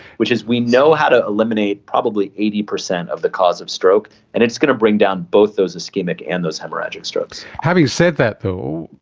which is we know how to eliminate probably eighty percent of the cause of stroke and it's going to bring down both those so ischaemic and haemorrhagic strokes. having said that though,